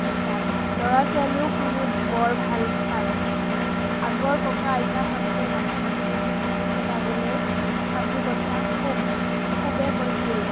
কিতাপ ল'ৰা ছোৱালীয়েও শুনি বৰ ভাল পায় আগৰ ককা আইতাহঁতে নাতি নাতিনীক টোপনি খেদাবলৈ সাধুকথা খুব খুবেই কৈছিল